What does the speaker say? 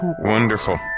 Wonderful